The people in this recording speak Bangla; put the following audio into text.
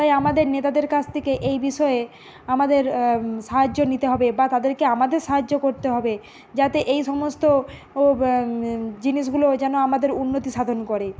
তাই আমাদের নেতাদের কাস থেকে এই বিষয়ে আমাদের সাহায্য নিতে হবে বা তাদেরকে আমাদের সাহায্য করতে হবে যাতে এই সমস্ত ও জিনিসগুলো যেন আমাদের উন্নতি সাধন করে